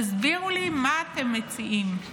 תסבירו לי מה אתם מציעים.